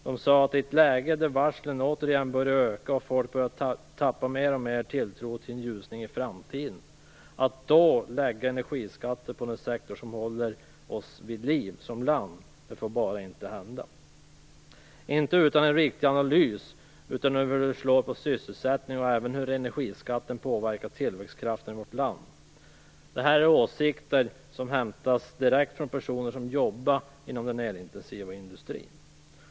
De sade: Att i ett läge där varslen återigen börjar öka och folk börjar tappa mer och mer av tilltron till en ljusning i framtiden lägga energiskatter på den sektor som håller oss vid liv som land, det får bara inte hända - inte utan en riktig analys av hur detta slår på sysselsättningen och även av hur energiskatterna påverkar tillväxtkraften i vårt land. Detta är åsikter som har hämtats direkt från personer som arbetar inom den elintensiva industrin.